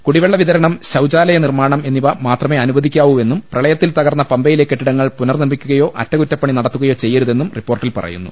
കുടിവെള്ള വിതരണം ശൌചാലയ നിർമാണം എന്നിവ മാത്രമേ അനുവദിക്കാവൂവെന്നും പ്രളയത്തിൽ തകർന്നു പമ്പയിലെ കെട്ടിടങ്ങൾ പുനർനിർമിക്കുകയോ അറ്റക്കുറ്റപ്പണി നടത്തുകയോ ചെയ്യരുതെന്നും റിപ്പോർട്ടിൽ പറയുന്നു